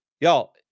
y'all